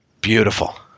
Beautiful